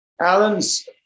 Alan's